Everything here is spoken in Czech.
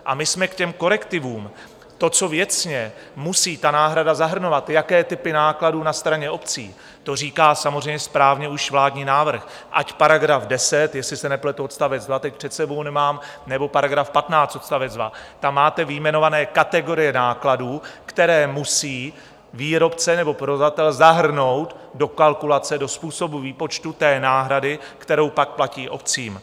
A my jsme k těm korektivům to, co věcně musí náhrada zahrnovat, jaké typy nákladů na straně obcí, to říká samozřejmě správně už vládní návrh, ať § 10 odst. 2, jestli se nepletu, teď před sebou nemám, nebo § 15 odst. 2, tam máte vyjmenované kategorie nákladů, které musí výrobce nebo provozovatel zahrnout do kalkulace, do způsobu výpočtu náhrady, kterou pak platí obcím.